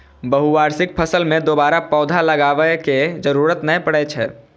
बहुवार्षिक फसल मे दोबारा पौधा लगाबै के जरूरत नै पड़ै छै